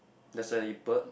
there's a bird